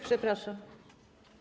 Przepraszam.